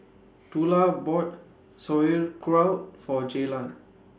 Tula bought Sauerkraut For Jaylan